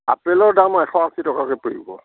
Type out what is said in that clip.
আপেলৰ দাম এশ আশী টকাকে পৰিব